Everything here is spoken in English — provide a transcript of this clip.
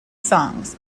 songs